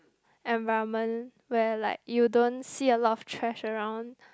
environment where like you don't see a lot of trash around